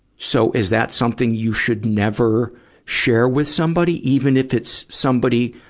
so, is that something you should never share with somebody, even if it's somebody,